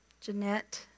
Jeanette